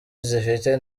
zifite